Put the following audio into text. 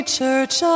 Church